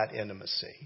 intimacy